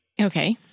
Okay